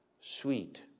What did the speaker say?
sweet